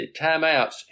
timeouts